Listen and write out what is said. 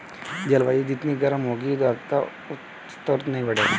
जलवायु जितनी गर्म होगी आर्द्रता का स्तर उतना ही बढ़ेगा